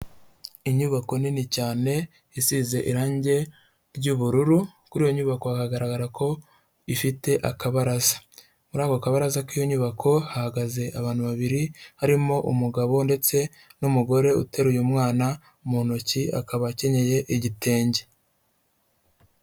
Inyubako nini cyane isize irangi ry'ubururu, kuri iyo nyubako hagaragara ko ifite akabaraza, muri ako kabaraza k'iyo nyubako hahagaze abantu babiri harimo umugabo ndetse n'umugore uteruye mwana mu ntoki akaba akenyeye igitenge.